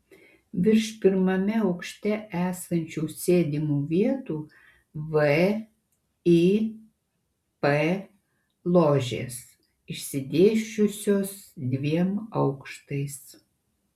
virš pirmame aukšte esančių sėdimų vietų vip ložės išsidėsčiusios dviem aukštais